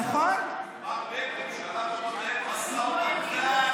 מר בנט שלח אותו לנהל משא ומתן,